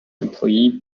employee